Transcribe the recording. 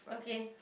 okay